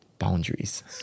Boundaries